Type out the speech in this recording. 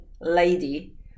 lady